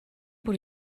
бүр